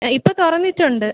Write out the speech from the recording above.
A ഇപ്പം തുറന്നിട്ടുണ്ട്